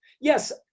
yes